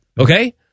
Okay